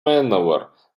maneuver